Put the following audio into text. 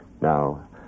now